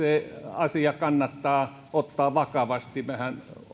asia kannattaa ottaa vakavasti mehän